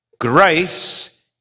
Grace